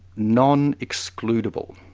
non-excludable.